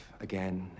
again